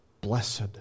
blessed